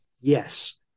yes